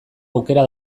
aukera